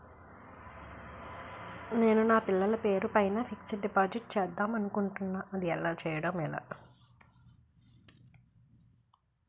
నేను నా పిల్లల పేరు పైన ఫిక్సడ్ డిపాజిట్ చేద్దాం అనుకుంటున్నా అది చేయడం ఎలా?